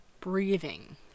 breathing